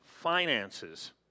finances